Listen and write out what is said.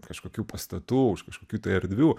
kažkokių pastatų už kažkokių tai erdvių